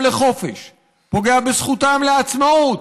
פוגע בזכותם לחופש, פוגע בזכותם לעצמאות,